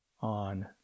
on